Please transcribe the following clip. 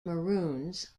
maroons